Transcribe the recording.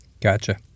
Gotcha